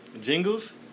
Jingles